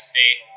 State